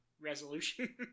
resolution